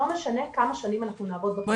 לא משנה כמה שנים נעבוד בתחום.